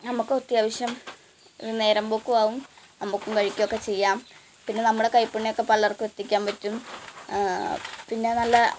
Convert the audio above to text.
നമുക്കും അത്യാവശ്യം നേരമ്പോക്കുമാവും നമുക്കും കഴിക്കുവൊക്കെ ചെയ്യാം പിന്നെ നമ്മുടെ കൈപ്പുണ്യം ഒക്കെ പലര്ക്കും എത്തിക്കാൻ പറ്റും പിന്നെ നല്ല